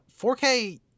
4K